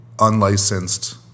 unlicensed